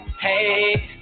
Hey